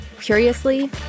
Curiously